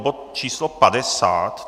Bod č. 50?